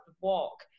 walk